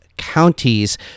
counties